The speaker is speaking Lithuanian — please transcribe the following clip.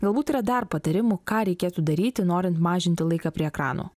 galbūt yra dar patarimų ką reikėtų daryti norint mažinti laiką prie ekranų